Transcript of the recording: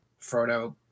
Frodo